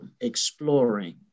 exploring